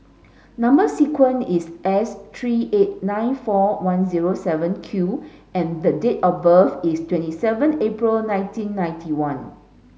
number sequence is S three eight nine four one zero seven Q and the date of birth is twenty seven April nineteen ninety one